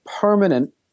permanent